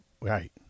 right